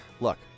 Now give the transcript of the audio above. Look